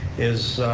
is